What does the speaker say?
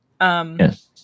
Yes